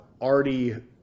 already